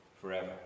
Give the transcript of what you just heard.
forever